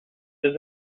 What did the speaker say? does